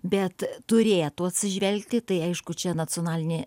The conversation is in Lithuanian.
bet turėtų atsižvelgti tai aišku čia nacionalinė